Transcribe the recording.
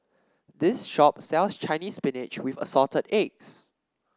this shop sells Chinese Spinach with Assorted Eggs